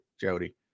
Jody